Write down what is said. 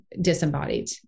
disembodied